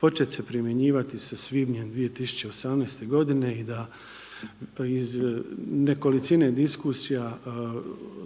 počet se primjenjivati sa svibnjem 2018. godine i da iz nekolicine diskusija